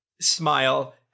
smile